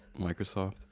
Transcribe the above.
Microsoft